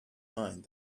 mind